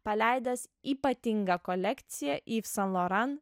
paleidęs ypatingą kolekciją iv san loran